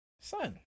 son